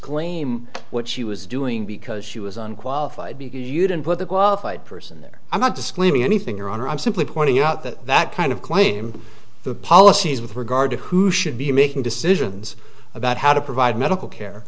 disclaim what she was doing because she was unqualified because you didn't put the qualified person there i'm not disclaiming anything your honor i'm simply pointing out that that kind of claim the policies with regard to who should be making decisions about how to provide medical care